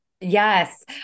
Yes